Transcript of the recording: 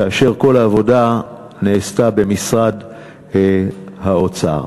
כאשר כל העבודה נעשתה במשרד האוצר.